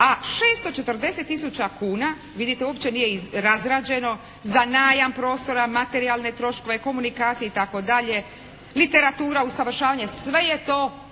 a 640 tisuća kuna, vidite uopće nije razrađeno za najam prostora, materijalne troškove, komunikacije itd., literatura, usavršavanje sve je to